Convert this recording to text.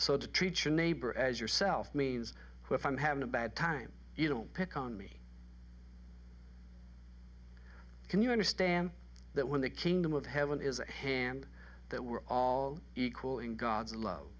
so to treat your neighbor as yourself means if i'm having a bad time you don't pick on me can you understand that when the kingdom of heaven is a hand that we're all equal in god's